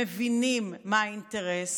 מבינים מה האינטרס,